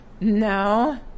No